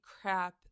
crap